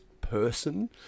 person